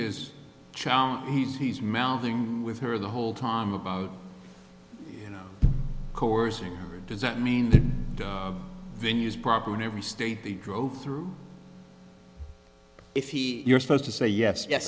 is he's he's mouthing with her the whole time about you know coercing her does that mean then use proper in every state they drove through if he you're supposed to say yes yes